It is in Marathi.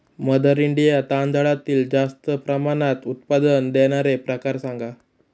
मदर इंडिया तांदळातील जास्त प्रमाणात उत्पादन देणारे प्रकार सांगा